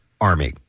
Army